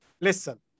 listen